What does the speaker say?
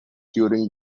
during